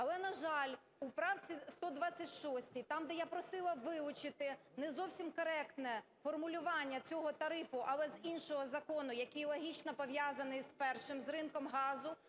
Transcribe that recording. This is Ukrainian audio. Але, на жаль, у правці 126, там, де я просила вилучити не зовсім коректне формулювання цього тарифу, але з іншого закону, який логічно пов'язаний з першим, з ринком газу,